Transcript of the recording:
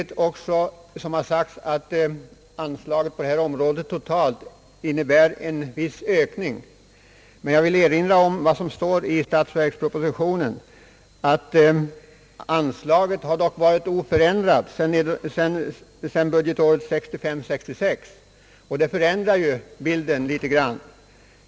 Det är också riktigt, som här har sagts, att anslagen under denna punkt totalt innebär en viss ökning, men jag vill erinra om vad som står i statsverkspropositionen, att anslagsbeloppet här varit oförändrat sedan budgetåret 1965/ 66 — och detta förändrar ju bilden en del.